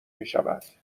میشود